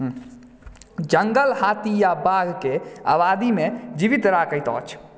जङ्गल हाथी आ बाघके आबादीमे जीवित राखैत अछि